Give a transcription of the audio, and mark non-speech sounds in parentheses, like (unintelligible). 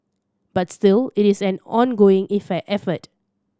but still it is an ongoing (unintelligible) effort